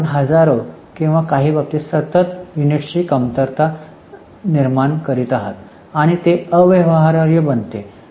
तर आपण हजारो किंवा काही बाबतीत सतत युनिट्सची कमतरता निर्माण करीत आहात आणि ते अव्यवहार्य बनते